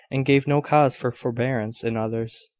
and gave no cause for forbearance in others.